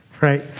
Right